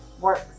works